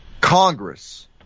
Congress